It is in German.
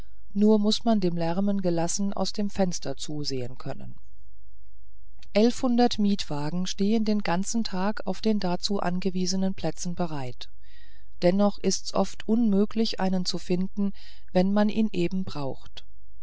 nur muß man dem lärmen gelassen aus dem fenster zusehen können elfhundert mietwagen stehen den ganzen tag auf den dazu angewiesenen plätzen bereit und dennoch ist's oft unmöglich einen zu finden wenn man ihn eben braucht